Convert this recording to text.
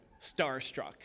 starstruck